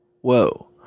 Whoa